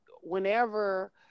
whenever